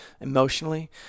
emotionally